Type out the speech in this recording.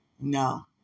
No